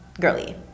girly